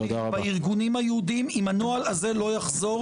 בארגונים היהודיים אם הנוהל הזה לא יחזור